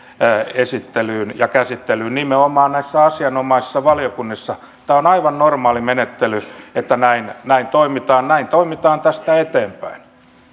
esittelyyn ja käsittelyyn nimenomaan näissä asianomaisissa valiokunnissa tämä on aivan normaali menettely että näin näin toimitaan näin toimitaan tästä eteenpäin otetaan vielä